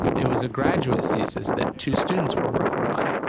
it was a graduate thesis that two students were working on.